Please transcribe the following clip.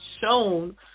shown